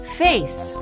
face